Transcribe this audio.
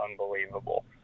unbelievable